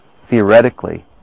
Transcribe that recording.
theoretically